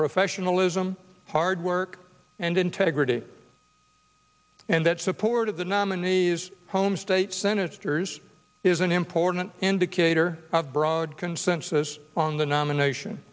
professionalism hard work and integrity and that support of the nominees home state senators is an important indicator of broad consensus on the nomination